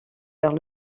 vers